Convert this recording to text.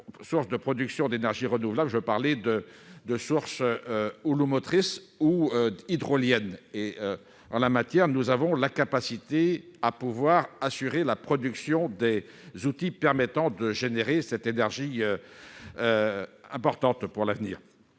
sources de production d'énergie renouvelable : je veux parler des sources houlomotrices ou hydroliennes. En la matière, nous avons la capacité d'assurer la production des outils permettant de générer cette énergie importante pour l'avenir.